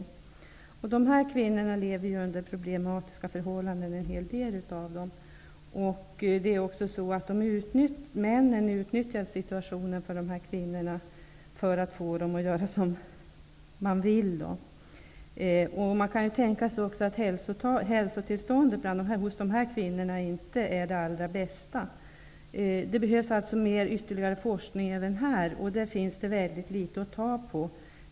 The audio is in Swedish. En hel del av dessa kvinnor lever under problematiska förhållanden. Männen utnyttjar dessa kvinnors situation för att få dem att göra som männen vill. Man kan även tänka sig att dessa kvinnors hälsotillstånd inte är det allra bästa. Det behövs ytterligare forskning även här. Det finns väldigt litet att ta på.